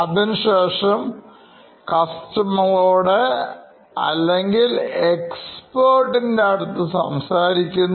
അതിനുശേഷം കസ്റ്റമറോട് അല്ലെങ്കിൽ എക്സ്പർട്ട്ൻറെ അടുത്ത് സംസാരിക്കുന്നു